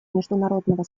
международного